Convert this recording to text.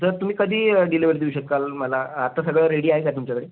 तर तुम्ही कधी डिलेवरी देऊ शकाल मला आता सगळं रेडी आहे का तुमच्याकडे